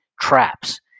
traps